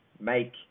make –